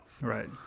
Right